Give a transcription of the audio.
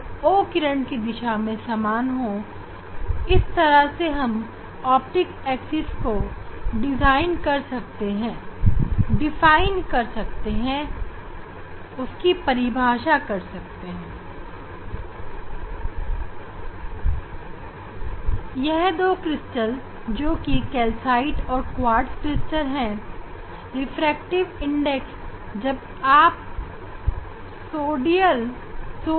यह दो क्रिस्टल जोकि कैल्साइट क्रिस्टल और क्वार्ट्ज क्रिस्टल है जिन के लिए सोडियम प्रकाश का रिफ्रैक्टिव इंडेक्स जानेंगे